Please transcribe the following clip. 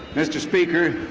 mr. speaker,